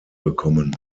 bekommen